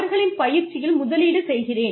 அவர்களின் பயிற்சியில் முதலீடு செய்கிறேன்